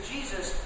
Jesus